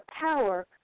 power